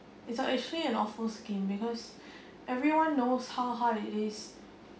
it's a it's actually an awful scheme because everyone knows how hard it is